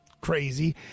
crazy